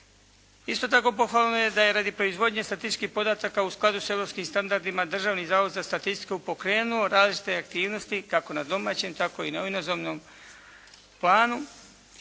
Isto tako pohvalno je da je radi proizvodnje statističkih podataka u skladu sa europskim standardima Državni zavod za statistiku pokrenuo različite aktivnosti kako na domaćem tako i na inozemnom planu,